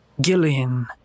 Gillian